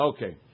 Okay